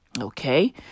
Okay